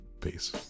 Peace